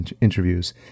interviews